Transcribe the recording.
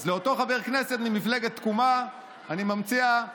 אז לאותו חבר כנסת ממפלגת תקומה אני מציע: